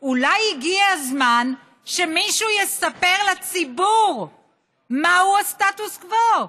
הגיע הזמן שמישהו יספר לציבור מהו הסטטוס קוו,